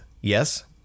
yes